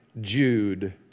Jude